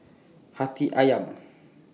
Hati Ayam